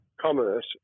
commerce